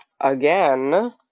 again